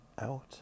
out